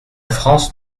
france